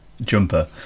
jumper